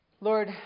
Lord